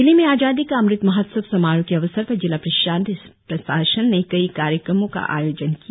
जिले में आजादी का अमृत महोत्सव समारोह के अवसर पर जिला प्रशासन ने कई कार्यक्रमो का आयोजन किया